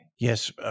Yes